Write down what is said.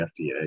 FDA